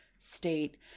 state